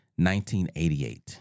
1988